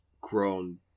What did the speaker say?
grown